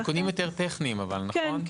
אלה תיקונים טכניים, נכון?